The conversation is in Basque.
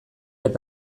eta